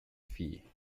fee